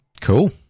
cool